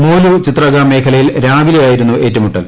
മോലു ചിത്രഗാം മേഖലയിൽ രാവിലെ ആയിരുന്നു ഏറ്റൂമുട്ടൽ